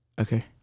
Okay